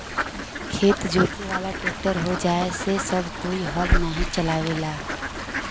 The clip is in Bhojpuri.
खेत जोते वाला ट्रैक्टर होये से अब कोई हल नाही चलावला